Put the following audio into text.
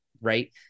right